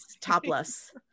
topless